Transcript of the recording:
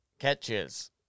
Catches